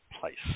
place